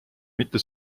mitte